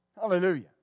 Hallelujah